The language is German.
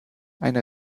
eine